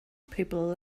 people